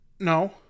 No